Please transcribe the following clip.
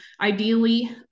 Ideally